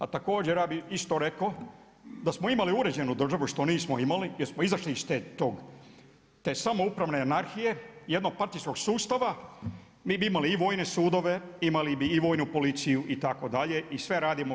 A također ja bih isto rekao da smo imali uređenu državu što nismo imali, jer smo izašli iz te samoupravne anarhije, jednopartijskog sustava mi bi imali i vojne sudove, imali bi i Vojnu policiju itd. i sve radimo.